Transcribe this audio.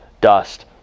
dust